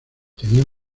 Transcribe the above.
tenía